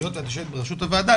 היות ואת יושבת ברשות הועדה,